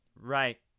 Right